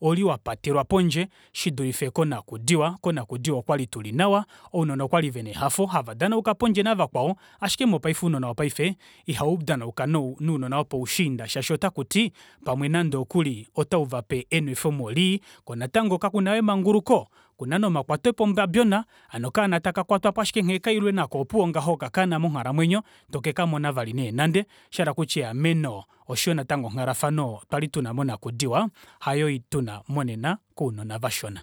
ouli wapatelwa pondje shidulife konakudiwa konakudiwa okwali tuli nawa ounona okwali vena ehafo hava danauka pondje navakwao ashike mopaife ounona vopaife ihava danauka nounona vopoushiinda shaashi otakuti pamwe nande okuli otauvape enwefemo lii koo natango kakuna vali emanguluko okuna nomakwatepo mbabjona hano okaana taka kwatwapo ashike nghee kailwe nako opuwo okakana monghalamwenyo itoke kamona vali nande nande oshayela kutya eameno oshoyo natango onghalafano twali tuna monakudiwa hayo tuna monena kounona vashona